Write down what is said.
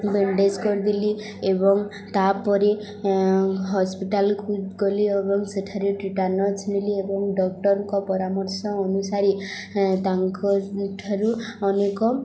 bandage କରିଦେଲି ଏବଂ ତା'ପରେ ହସ୍ପିଟାଲ୍କୁ ଗଲି ଏବଂ ସେଠାରେ ଟିଟାନସ୍ ନେଲି ଏବଂ ଡକ୍ଟରଙ୍କ ପରାମର୍ଶ ଅନୁସାରେ ତାଙ୍କଠାରୁ ଅନେକ